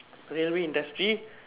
railway industry